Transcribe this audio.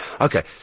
Okay